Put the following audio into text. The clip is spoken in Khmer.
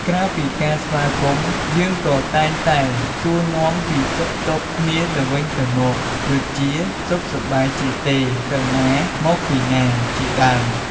ក្រៅពីការស្វាគមន៍ យើងក៏តែងតែសួរនាំពីសុខទុក្ខគ្នាទៅវិញទៅមកដូចជា "សុខសប្បាយជាទេ?", "ទៅណា?", "មកពីណា?" ជាដើម។